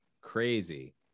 crazy